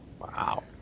Wow